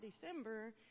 December